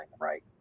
right